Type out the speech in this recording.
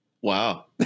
Wow